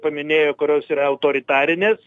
paminėjo kurios yra autoritarinės